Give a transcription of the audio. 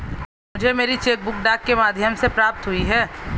मुझे मेरी cheque book डाक के माध्यम से प्राप्त हुई है